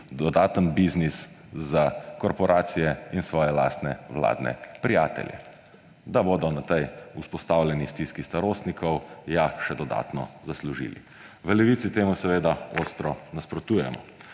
dodaten biznis za korporacije in svoje lastne vladne prijatelje, da bodo na tej vzpostavljeni stiski starostnikov ja še dodatno zaslužili. V Levici temu seveda ostro nasprotujemo.